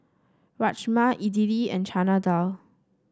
Rajma Idili and Chana Dal